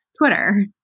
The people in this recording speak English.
Twitter